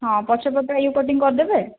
ହଁ ପଛ ପଟେ ୟୁ କଟିଂ କରିଦେବେ